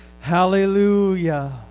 Hallelujah